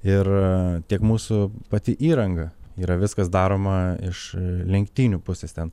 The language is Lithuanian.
ir tiek mūsų pati įranga yra viskas daroma iš lenktynių pusės ten